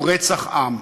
הוא רצח עם.